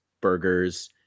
burgers